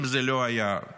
אם זה לא היה קורה,